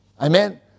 Amen